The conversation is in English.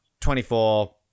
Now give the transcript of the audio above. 24